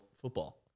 football